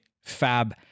Fab